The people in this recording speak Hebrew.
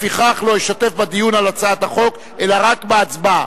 לפיכך לא אשתתף בדיון על הצעת החוק אלא רק בהצבעה.